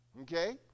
okay